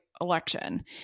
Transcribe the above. election